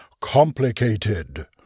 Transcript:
complicated